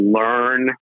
learn